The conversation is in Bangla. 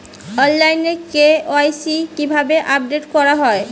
অনলাইনে কে.ওয়াই.সি কিভাবে আপডেট করা হয়?